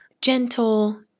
gentle